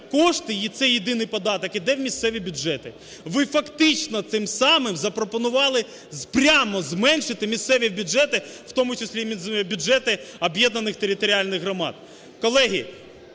кошти і цей єдиний податок йде в місцеві бюджети? Ви фактично цим самим запропонували прямо зменшити місцеві бюджети, в тому числі і бюджети об'єднаних територіальних громад.